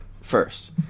first